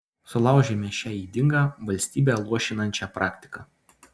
sulaužėme šią ydingą valstybę luošinančią praktiką